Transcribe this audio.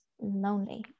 lonely